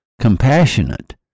compassionate